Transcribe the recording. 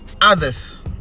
others